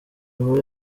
bihuye